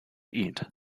eat